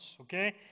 okay